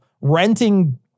renting